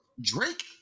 Drake